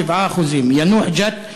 7%; ינוח-ג'ת,